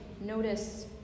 notice